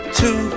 two